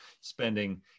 spending